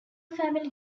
family